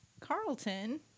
Carlton